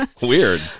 Weird